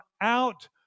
out